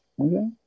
okay